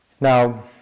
Now